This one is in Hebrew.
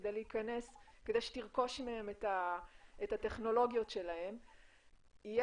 כדי שתרכוש מהם את הטכנולוגיות שלהם,